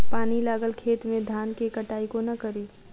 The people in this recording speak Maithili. पानि लागल खेत मे धान केँ कटाई कोना कड़ी?